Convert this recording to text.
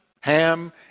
Ham